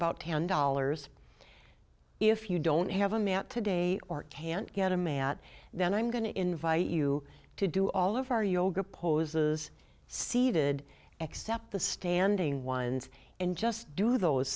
about ten dollars if you don't have a mount today or can't get a man then i'm going to invite you to do all of our yoga poses seated except the standing ones and just do those